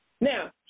Now